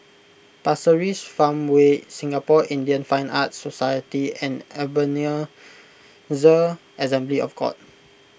Pasir Ris Farmway Singapore Indian Fine Arts Society and Ebenezer Assembly of God